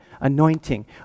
anointing